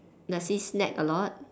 does he snack a lot